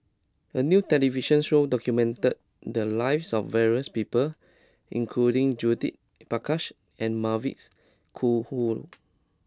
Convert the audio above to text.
a new television show documented the lives of various people including Judith Prakash and Mavis Khoo